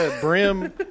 Brim